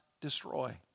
destroy